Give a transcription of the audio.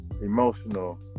emotional